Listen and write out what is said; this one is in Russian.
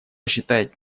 считает